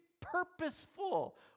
purposeful